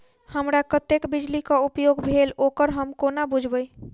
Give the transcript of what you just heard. हमरा कत्तेक बिजली कऽ उपयोग भेल ओकर हम कोना बुझबै?